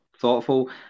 thoughtful